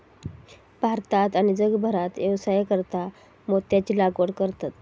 भारतात आणि जगभरात व्यवसायासाकारता मोत्यांची लागवड करतत